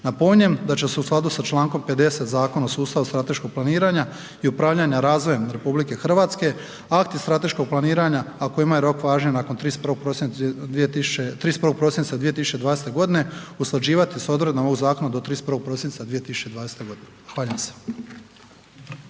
Napominjem da će se u skladu sa člankom 50. Zakona o sustavu strateškog planiranja i upravljanja razvojem RH akti strateškog planiranja a kojima je rok važenja nakon 31. prosinca 2020. godine usklađivati sa odredbama ovog zakona do 31. prosinca 2020. godine. Zahvaljujem se.